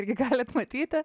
irgi galit matyti